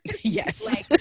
Yes